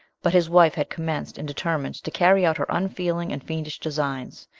but his wife had commenced, and determined to carry out her unfeeling and fiendish designs.